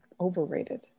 Overrated